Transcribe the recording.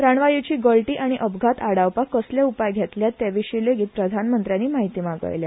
प्राणवायूची गळती आनी अपघात आडावपाक कसले उपाय घेतल्यात ते विशीं लेगीत प्रधानमंत्र्यांनी माहिती मांगयल्या